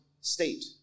state